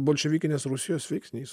bolševikinės rusijos veiksnys